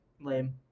lame